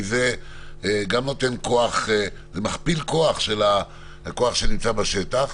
כי זה מכפיל כוח של הכוח שנמצא בשטח.